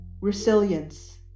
resilience